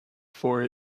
for